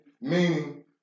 meaning